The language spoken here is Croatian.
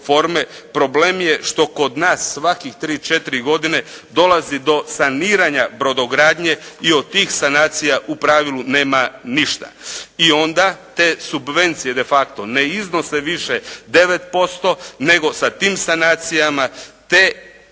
problem je što kod nas svakih 3, 4 godine dolazi do saniranja brodogradnje i od tih sanacija u pravilu nema ništa. I onda te subvencije de facto ne iznose više 9% nego sa tim sanacijama te